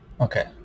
Okay